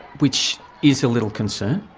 which is a little concern.